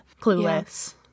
Clueless